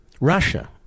Russia